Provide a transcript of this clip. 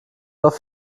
auf